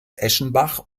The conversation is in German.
eschenbach